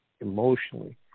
emotionally